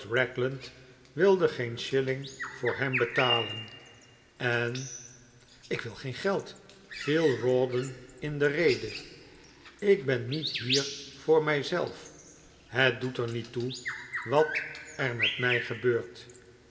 wilde geen shilling voor hem betalen en ik wil geen geld viel rawdon in de rede ik ben niet hier voor mijzelf het doet er niet toe wat er met mij gebeurd